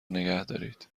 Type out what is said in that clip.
نگهدارید